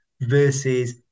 versus